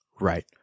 Right